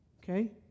okay